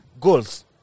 goals